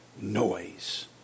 noise